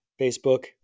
Facebook